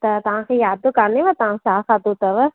त तव्हां खे यादि कानेव तव्हां छा खाधो अथव